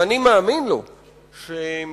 ואני מאמין לו שמבחינתו,